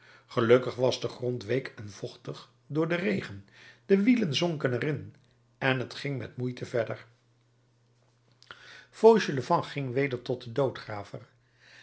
gelukkig was de grond week en vochtig door den regen de wielen zonken er in en t ging met moeite verder fauchelevent ging weder tot den